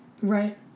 Right